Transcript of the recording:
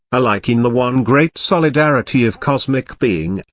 alike in the one great solidarity of cosmic being,